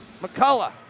McCullough